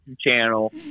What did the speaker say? channel